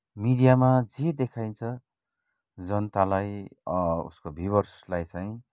मिडियामा जे देखाइन्छ जनतालाई उसको भ्युयर्सलाई चाहिँ